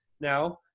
now